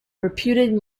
reputed